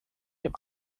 dem